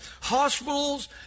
Hospitals